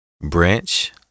branch